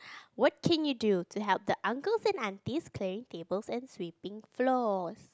what can you do to help the uncles and aunties clear tables and sweeping floors